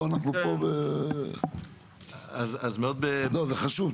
זה חשוב,